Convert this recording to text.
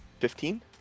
fifteen